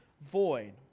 void